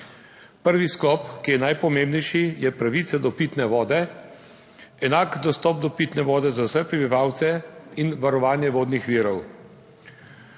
Prvi sklop, ki je najpomembnejši, je pravica do pitne vode, enak dostop do pitne vode za vse prebivalce in varovanje vodnih virov.